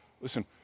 Listen